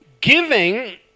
Giving